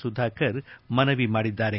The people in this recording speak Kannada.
ಸುಧಾಕರ್ ಮನವಿ ಮಾಡಿದ್ದಾರೆ